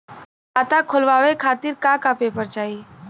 खाता खोलवाव खातिर का का पेपर चाही?